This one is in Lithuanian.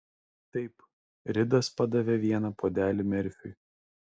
taip ridas padavė vieną puodelį merfiui